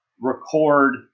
record